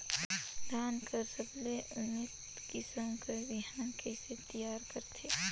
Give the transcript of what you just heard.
धान कर सबले उन्नत किसम कर बिहान कइसे तियार करथे?